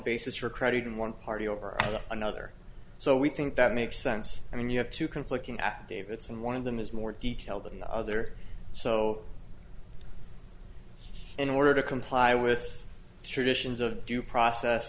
basis for credit in one party or another so we think that makes sense i mean you have two conflicting activists and one of them is more detail than the other so in order to comply with the traditions of due process